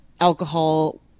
alcohol